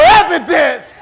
evidence